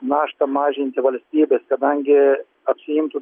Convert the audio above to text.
naštą mažinti valstybės kadangi apsiimtų